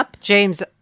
James